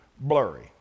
blurry